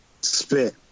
Spit